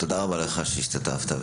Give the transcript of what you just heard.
תודה רבה לך שבאת והשתתפת,